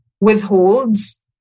withholds